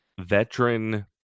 veteran